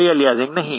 कोई अलियासिंग नहीं